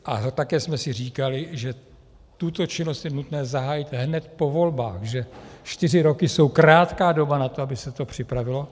A také jsme si říkali, že tuto činnost je nutné zahájit hned po volbách, že čtyři roky jsou krátká doba na to, aby se to připravilo.